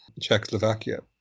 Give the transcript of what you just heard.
Czechoslovakia